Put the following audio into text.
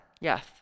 Yes